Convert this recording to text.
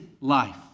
life